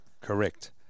Correct